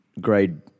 grade